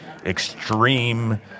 Extreme